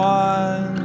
one